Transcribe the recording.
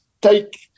take